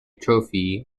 trophy